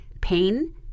pain